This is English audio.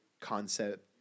concept